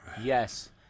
Yes